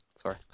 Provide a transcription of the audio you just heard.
Sorry